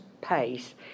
pace